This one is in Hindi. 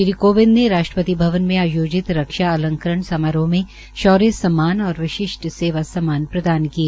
श्रीकोविंद ने राष्ट्रपति भवन में आयोजित रक्षा अलंकरण समारोह में शौर्य सम्मान और विशिष्ट सेवा सम्मान प्रदान किए